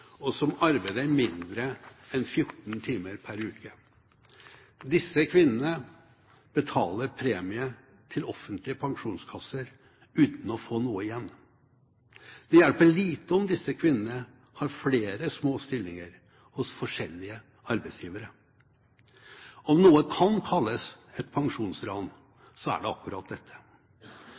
og som arbeider mindre enn 14 timer per uke. Disse kvinnene betaler premie til offentlige pensjonskasser uten å få noe igjen. Det hjelper lite om disse kvinnene har flere små stillinger hos forskjellige arbeidsgivere. Om noe kan kalles et pensjonsran, så er det akkurat dette.